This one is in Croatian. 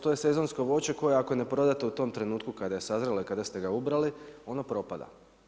To je sezonske voće koje ako ga ne prodate u tom trenutku kada je sazrelo i kada ste ga ubrali ono propada.